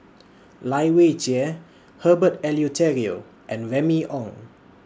Lai Weijie Herbert Eleuterio and Remy Ong